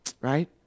right